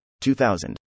2000